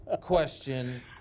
question